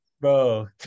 Bro